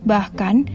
Bahkan